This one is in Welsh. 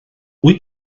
wyt